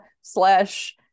slash